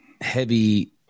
heavy